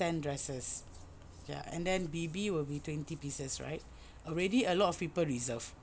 ten dresses ya and then baby will be twenty pieces right already a lot of people reserve